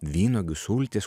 vynuogių sultis